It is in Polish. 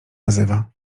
nazywa